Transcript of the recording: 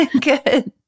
good